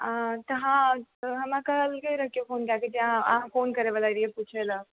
आ तऽ हँ हमरा कहलकै रऽ केओ फोन कएके जे अहाँ फोन करै लए रहियै पुछए लए